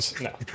no